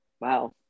Wow